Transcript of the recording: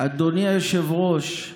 אדוני היושב-ראש,